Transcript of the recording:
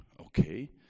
Okay